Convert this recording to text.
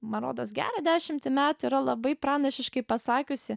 man rodos gerą dešimtį metų yra labai pranašiškai pasakiusi